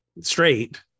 straight